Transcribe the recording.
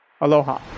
Aloha